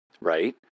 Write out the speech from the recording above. Right